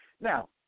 Now